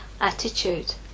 attitude